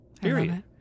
period